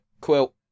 quilt